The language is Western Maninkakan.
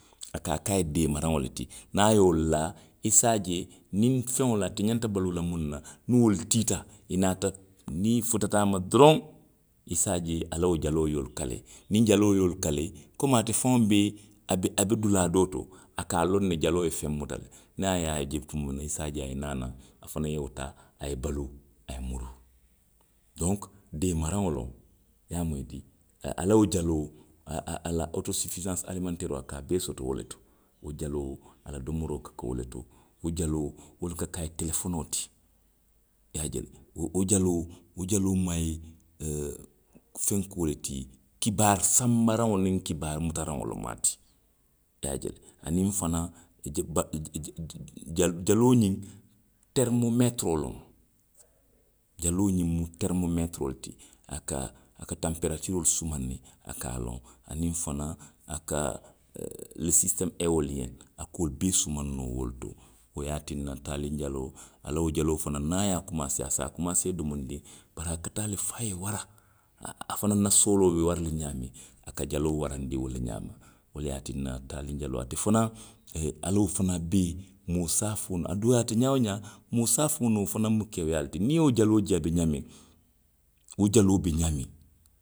A ka ka a ye deemaraŋo le ti. Niŋ a ye wo laa, i se a je, niŋ feŋo loŋ. ate ňanta baluu la muŋ na. niŋ wolu tiita. i naata, niŋ i futata a ma doroŋ. i se a je a la wo jaloo ye wolu kalee. Niŋ jaloo ye wolu kalee. komiŋ ate faŋo be, a be, a be dulaa doo to, a ka a loŋ ne jaloo ye feŋ muta le. Niŋ a ye a je tumoo miŋ na, a ye naa, i se a je fanaŋ ye taa, a ye baluu, a ye muruu. Donku, deemaraŋo loŋ, i ye a moyi dii. A la wo jaloo, a, a, a la otosufisansi alimanteeroo a ka a bee soto wo le to. Wo jaloo, a la domoroo ka ke wo le to. Wo jaloo wo le ka ke a ye telefonoo ti i ye a je le. Wo, wo jaloo. wo jaloo mu a ye ooo fenkoo le ti, kibaari sanbaraŋo niŋ kibaari mutaraŋo lemu a ti. I ye a je le. Aniŋ fanaŋ. i, je, bati, je, je, ja, jaloo ňiŋ, terimomeetiroo loŋ. Jaloo ňiŋ mu terimomeetiroo le ti, a ka, a ka tanperaatiiroolu sumaŋ ne, a ka a loŋ, aniŋ fanaŋ, a ka ooo lo sisiteemu eewooliiyeŋ, a ka wolu bee sumaŋ noo wo le to. Wo ye a tinna taaliŋ jaloo, a la wo jaloo fanaŋ niŋ a ye a kumaasee, a se a kumaasee domondiŋ. bari a ka taa le fo a ye wara, a, a fanaŋ na sooloo be waraliŋ ňaamiŋ. a ka jaloo warandi wo le ňaama. Wo le ye a tinna taaliŋ jaloo, ate fanaŋ, ee, a la wo fanaŋ bee moo se a fo noo, a dooyaata ňaa woo ňaa, moo se a fo noo wo fanaŋ mu kewuyaa le ti. Niŋ i ye wo jaloo je a be ňaamiŋ. wo jaloo be ňaamiŋ.